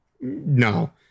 No